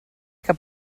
que